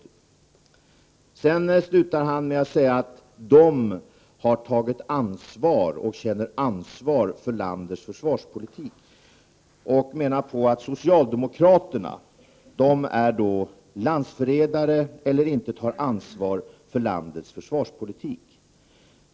Lars Tobisson slutar med att säga att moderaterna har tagit ansvar och känner ansvar för landets försvarspolitik. Han menar då att socialdemokraterna är landsförrädare och inte tar ansvar för landets försvarspolitik.